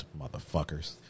motherfuckers